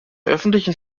öffentlichen